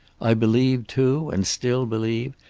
i believed, too, and still believe,